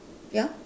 ya